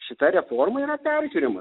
šita reforma yra peržiūrima